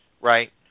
right